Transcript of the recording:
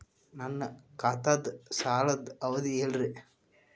ನನ್ನ ಖಾತಾದ್ದ ಸಾಲದ್ ಅವಧಿ ಹೇಳ್ರಿ